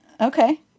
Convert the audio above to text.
Okay